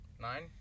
nine